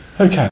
Okay